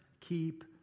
keep